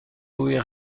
روی